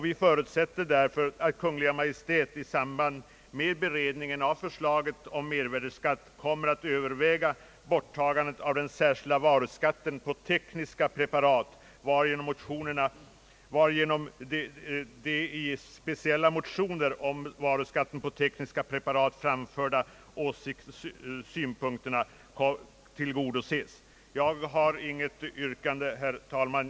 Vi förutsätter därför att Kungl. Maj:t i samband med beredningen av förslaget om mervärdeskatt kommer att bl.a. överväga borttagandet av den särskilda varuskatten på tekniska preparat. Jag har inget yrkande, herr talman!